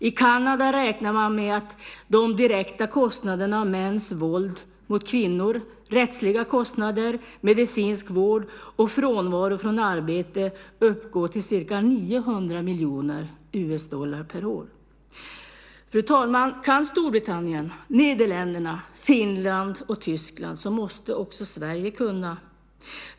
I Kanada räknar man med att de direkta kostnaderna av mäns våld mot kvinnor - rättsliga kostnader, medicinsk vård och frånvaro från arbete - uppgår till ca 900 miljoner US-dollar per år. Fru talman! Kan Storbritannien, Nederländerna, Finland och Tyskland måste också Sverige kunna!